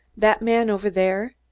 that man over there.